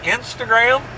Instagram